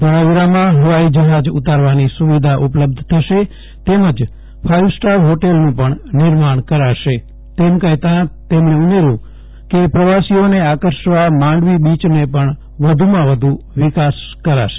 ધોળાવીરામાં હવાઇ જ્હાજ ઉતારવાની સુવિધા ઉપલબ્ધ થશે તેમજ ફાઇવસ્ટાર હોટેલનું પણ નિર્માણ કરાશે તેમ કહેતાં તેમણે ઉમેર્યું હતું કે પ્રવાસીઓને આકર્ષવા માંડવી બીચનો પણ વધુમાં વધુ વિકાસ કરાશે